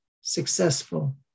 successful